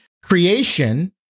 creation